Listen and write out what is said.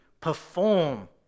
perform